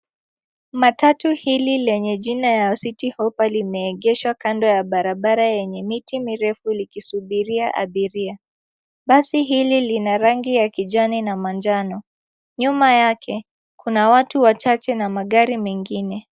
Matatu hili lenye jina ya City Hoppa limeegeshwa kando ya barabara yenye miti mirefu, likisubiri abiria. Basi hili lina rangi ya kijani na manjano. Nyuma yake kuna watu wachache na magari mengine.